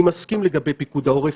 אני מסכים לגבי פיקוד העורף.